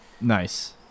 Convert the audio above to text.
Nice